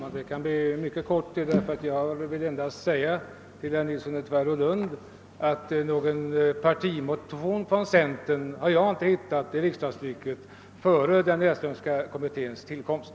Herr talman! Jag vill endast säga till herr Nilsson i Tvärålund att jag i riksdagstrycket inte har hittat någon partimotion från centern i fråga om lokaliseringspolitiken före den Näslundska kommitténs tillkomst.